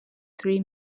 three